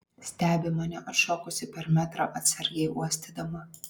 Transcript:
stebi mane atšokusi per metrą atsargiai uostydama